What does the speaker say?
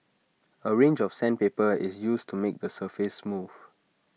A range of sandpaper is used to make the surface smooth